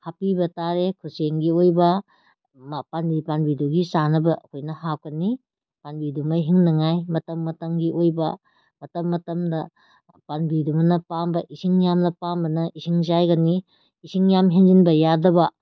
ꯍꯥꯞꯄꯤꯕ ꯇꯥꯔꯦ ꯈꯨꯠꯁꯦꯝꯒꯤ ꯑꯣꯏꯕ ꯄꯥꯝꯕꯤ ꯄꯥꯝꯕꯤꯗꯨꯒꯤ ꯆꯥꯅꯕ ꯑꯩꯈꯣꯏꯅ ꯍꯥꯞꯀꯅꯤ ꯄꯥꯝꯕꯤꯗꯨꯃ ꯍꯤꯡꯅꯉꯥꯏ ꯃꯇꯝ ꯃꯇꯝꯒꯤ ꯑꯣꯏꯕ ꯃꯇꯝ ꯃꯇꯝꯗ ꯄꯥꯝꯕꯤꯗꯨꯃꯅ ꯄꯥꯝꯕ ꯏꯁꯤꯡ ꯌꯥꯝꯅ ꯄꯥꯝꯕꯅ ꯏꯁꯤꯡ ꯆꯥꯏꯒꯅꯤ ꯏꯁꯤꯡ ꯌꯥꯝ ꯍꯦꯟꯖꯤꯟꯕ ꯌꯥꯗꯕ